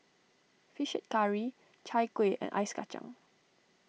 Fish Head Curry Chai Kueh and Ice Kacang